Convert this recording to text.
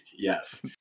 yes